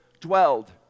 dwelled